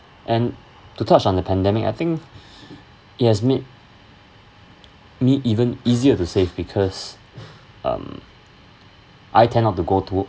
and to touch on the pandemic I think it has made me even easier to save because um I tend not to go to